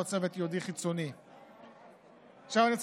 ולא בידי צוות ייעודי חיצוני.